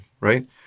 right